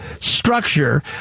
structure